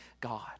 God